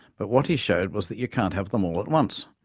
but what he showed was that you can't have them all at once.